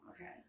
okay